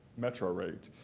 metro rate.